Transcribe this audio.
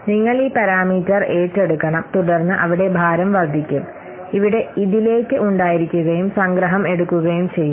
നിങ്ങൾ ഈ പാരാമീറ്റർ ഏറ്റെടുക്കണം തുടർന്ന് അവിടെ ഭാരം വർദ്ധിക്കും ഇവിടെ ഇതിലേക്ക് ഉണ്ടായിരിക്കുകയും സംഗ്രഹം എടുക്കുകയും ചെയ്യും